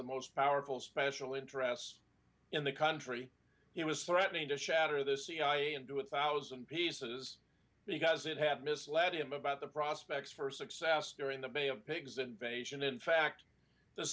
the most powerful special interests in the country he was threatening to shatter the cia into a thousand pieces because it had misled him about the prospects for success during the bay of pigs invasion in fact the